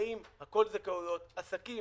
עצמאים הכול זכאויות, עסקים